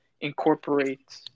incorporate